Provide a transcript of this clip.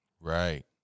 Right